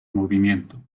movimiento